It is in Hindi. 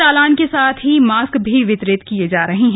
चालान के साथ ही मास्क भी वितरित किये जा रहे हैं